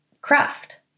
craft